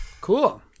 Cool